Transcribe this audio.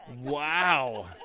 Wow